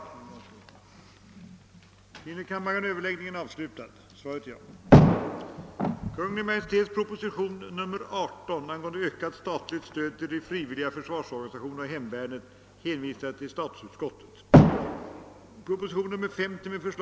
hållan att få framställa interpellation till herr statsrådet och chefen för utbildningsdepartementet angående universitetslärares möjligheter till forskning.